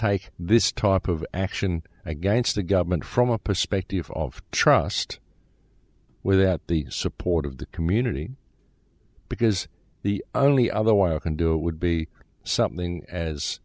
take this talk of action against the government from a perspective of trust where that the support of the community because the only other why i can do it would be something as